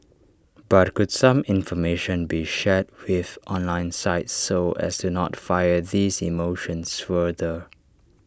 but could some information be shared with online sites so as to not fire these emotions further